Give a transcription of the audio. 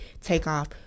takeoff